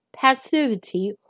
passivity